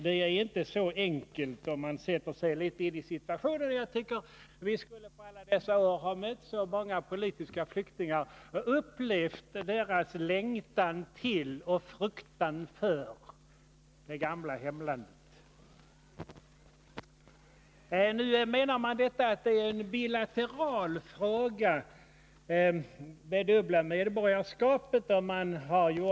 Men om man sätter sig litet in i situationen visar det sig att det inte är så enkelt. Jag tycker att man under alla dessa år borde ha mött tillräckligt många politiska flyktingar och upplevt deras längtan till och fruktan för det gamla hemlandet. Utskottet menar att problemet med det dubbla medborgarskapet är en bilateral fråga.